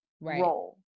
role